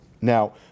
Now